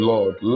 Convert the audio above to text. Lord